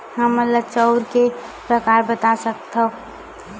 हमन ला चांउर के प्रकार बता सकत हव?